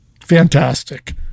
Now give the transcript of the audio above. Fantastic